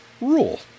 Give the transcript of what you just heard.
rule